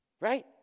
Right